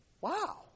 wow